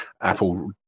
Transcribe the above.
apple